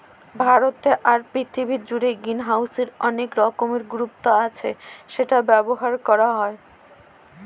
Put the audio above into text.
ভারতে আর পৃথিবী জুড়ে গ্রিনহাউসের অনেক রকমের গুরুত্ব আছে সেটা ব্যবহার করা হয়